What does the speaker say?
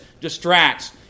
distracts